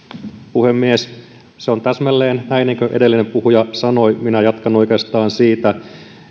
puhemies se on täsmälleen niin kuin edellinen puhuja sanoi minä jatkan oikeastaan siitä